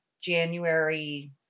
January